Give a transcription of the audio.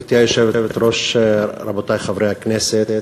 גברתי היושבת-ראש, רבותי חברי הכנסת,